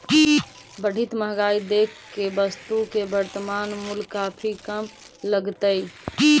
बढ़ित महंगाई देख के वस्तु के वर्तनमान मूल्य काफी कम लगतइ